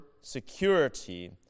security